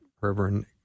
Reverend